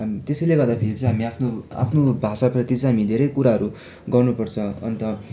अनि त्यसैले गर्दा फेरि चाहिँ हामी आफ्नो आफ्नो भाषाप्रति चाहिँ हामी धेरै कुराहरू गर्नु पर्छ अन्त